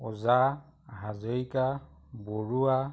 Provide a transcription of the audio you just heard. Oja Hazarika Barua